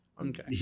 Okay